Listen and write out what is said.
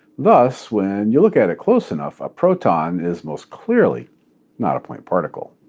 thus, when you look at it close enough, a proton is most clearly not a point particle.